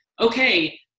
okay